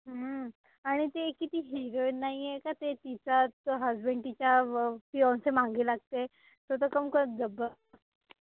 हं आणि ती किती हिरोईन नाहीये का ते तिचा तो हसबन्ड तिच्या फियॉन्से मागे लागते तो त काम काय जब्ब